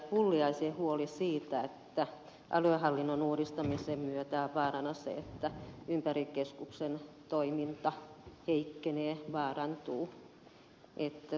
pulliaisen huoli siitä että aluehallinnon uudistamisen myötä on vaarana se että ympäristökeskuksen toiminta heikkenee on oikea